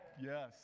Yes